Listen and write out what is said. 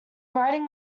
writing